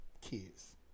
kids